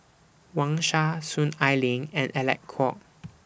Wang Sha Soon Ai Ling and Alec Kuok